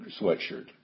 sweatshirt